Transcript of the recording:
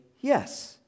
yes